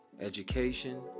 education